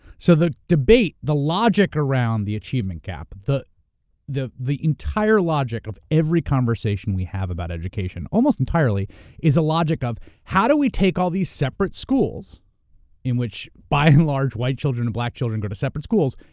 so the debate, the logic around the achievement gap, the the entire logic of every conversation we have about education almost entirely is a logic of how do we take all these separate schools in which by and large white children and black children go to separate schools,